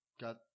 got